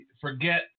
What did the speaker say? forget